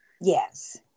Yes